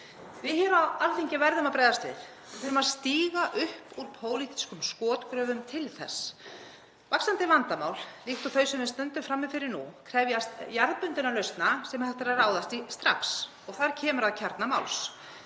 Við hér á Alþingi verðum að bregðast við. Við þurfum að stíga upp úr pólitískum skotgröfum til þess. Vaxandi vandamál líkt og þau sem við stöndum frammi fyrir nú krefjast jarðbundinna lausna sem hægt er að ráðast í strax. Þar kemur að kjarna máls.